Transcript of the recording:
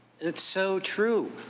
it's so true.